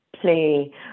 play